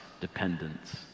dependence